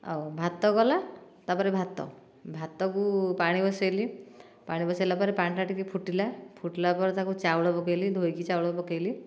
ଆଉ ଭାତ ଗଲା ତା'ପରେ ଭାତ ଭାତ କୁ ପାଣି ବସେଇଲି ପାଣି ବସେଇଲା ପରେ ପାଣି ଟା ଟିକେ ଫୁଟିଲା ଫୁଟିଲା ପରେ ତାକୁ ଚାଉଳ ପକେଇଲି ଧୋଇକି ଚାଉଳ ପକେଇଲି